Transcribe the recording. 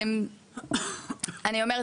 אני אומרת,